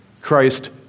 Christ